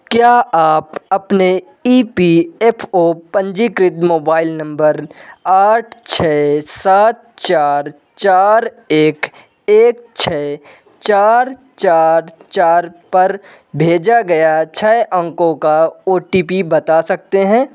क्या आप अपने ई पी एफ़ ओ पंजीकृत मोबाइल नंबर आठ छ सात चार चार एक एक छ चार चार चार पर भेजा गया छ अंकों का ओ टी पी बता सकते हैं